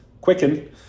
Quicken